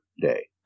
day